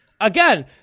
again